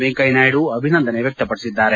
ವೆಂಕಯ್ಯನಾಯ್ಗು ಅಭಿನಂದನೆ ವ್ಯಕ್ತಪದಿಸಿದ್ದಾರೆ